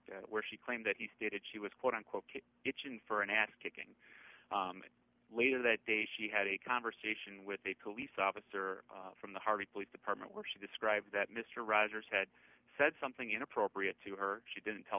claimed where she claimed that he stated she was quote unquote it's in for an ass kicking later that day she had a conversation with a police officer from the harvey police department where she described that mr rogers had said something inappropriate to her she didn't tell